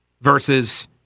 versus